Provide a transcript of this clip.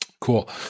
Cool